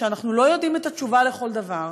שאנחנו לא יודעים את התשובה לכל דבר,